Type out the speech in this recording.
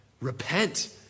Repent